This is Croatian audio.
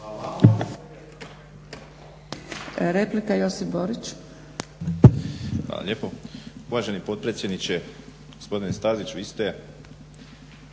Hvala